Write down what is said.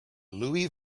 louis